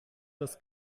das